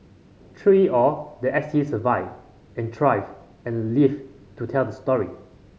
through it all the S T survived and thrived and lived to tell the story